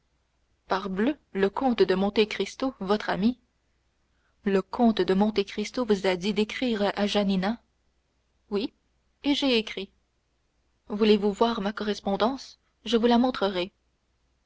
parbleu le comte de monte cristo votre ami le comte de monte cristo vous a dit d'écrire à janina oui et j'ai écrit voulez-vous voir ma correspondance je vous la montrerai